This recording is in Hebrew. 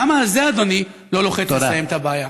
למה על זה אדוני לא לוחץ לסיים את הבעיה?